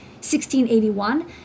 1681